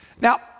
Now